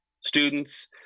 students